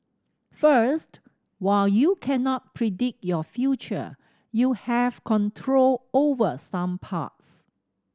first while you cannot predict your future you have control over some parts